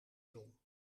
zon